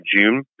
June